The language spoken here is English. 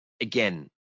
again